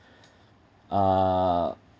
uh